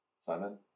Simon